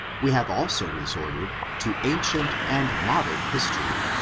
we have also resorted to ancient and modern history,